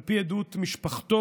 על פי עדות משפחתו,